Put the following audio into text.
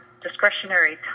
discretionary